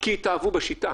כי התאהבו בשיטה,